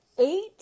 eight